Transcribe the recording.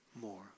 more